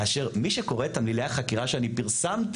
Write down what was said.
כאשר מי שקורא את תמלילי החקירה שאני פרסמתי,